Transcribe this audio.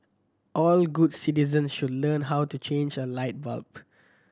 all good citizens should learn how to change a light bulb